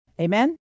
Amen